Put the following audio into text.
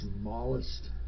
smallest